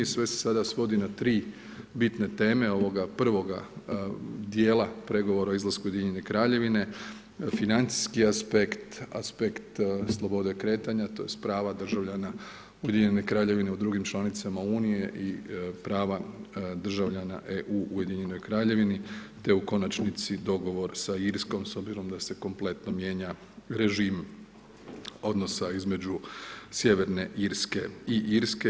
Sve se sada svodi na tri bitne teme ovoga prvoga dijela pregovora o izlasku Ujedinjene Kraljevine, financijski aspekt, aspekt slobode kretanja tj. prava državljana Ujedinjene Kraljevine u drugim članicama Unije i prava državljana EU u Ujedinjenoj Kraljevini te u konačnici dogovor sa Irskom s obzirom da se kompletno mijenja režim odnosa između Sjeverne Irske i Irske.